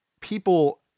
people